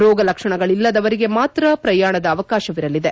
ರೋಗಲಕ್ಷಣಗಳಿಲ್ಲದವರಿಗೆ ಮಾತ್ರ ಪ್ರಯಾಣದ ಅವಕಾಶ ಇರಲಿದೆ